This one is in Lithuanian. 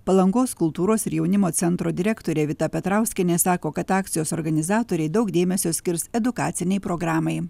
palangos kultūros ir jaunimo centro direktorė vita petrauskienė sako kad akcijos organizatoriai daug dėmesio skirs edukacinei programai